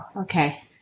okay